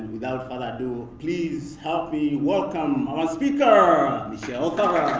without further ado, please help me welcome our speaker, michelle thaller!